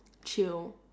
chill